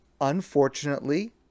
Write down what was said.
unfortunately